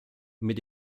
mit